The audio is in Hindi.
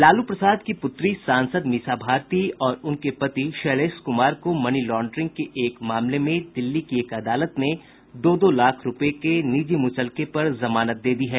लालू प्रसाद की पुत्री सांसद मीसा भारती और उनके पति शैलेश कुमार को मनी लांड्रिंग के एक मामले में दिल्ली की एक अदालत ने दो दो लाख रूपये के निजी मुचलके पर जमानत दे दी है